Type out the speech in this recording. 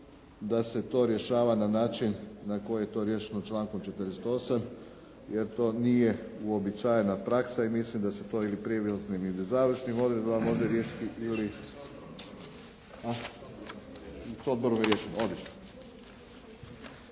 da se to rješava na način na koji je to riješeno člankom 48. jer to nije uobičajena praksa i mislim da se to ili prijelaznim ili završnim odredbama može riješiti